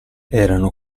erano